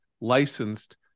licensed